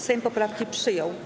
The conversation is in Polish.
Sejm poprawki przyjął.